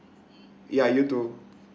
ya you too